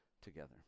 together